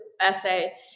essay